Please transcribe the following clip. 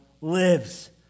lives